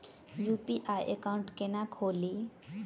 UPI account केना खोलि?